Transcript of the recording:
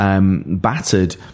Battered